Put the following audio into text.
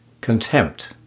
contempt